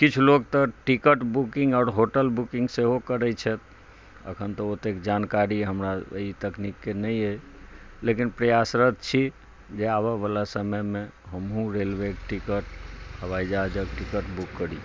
किछ लोक तऽ टिकट बुकिंग आओर होटल बुकिंग सेहो करै छथि अखन तऽ ओते जानकारी हमरा अय तकनीक के नहि अय लेकिन प्रयासरत छी जे आबे बला समय मे हमहुँ रेलवे टिकट हवाई जहाजक टिकट बुक करी